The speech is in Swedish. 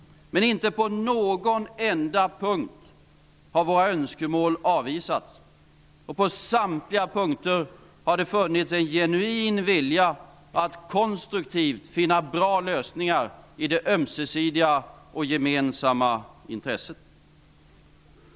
Men inte på någon enda punkt har våra önskemål avvisats, och på samtliga punkter har det funnits en genuin vilja att konstruktivt finna bra lösningar i det ömsesidiga och gemensamma intresset.